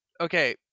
okay